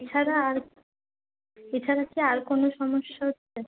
এছাড়া আর এছাড়া কি আর কোনো সমস্যা হচ্ছে